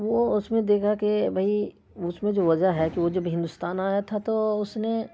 وہ اس میں دیکھا کہ بھئی اس میں جو وجہ ہے کہ وہ جب ہندوستان آیا تھا تو اس نے